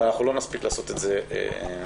אבל אנחנו לא נספיק לעשות את זה היום.